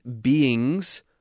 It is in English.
beings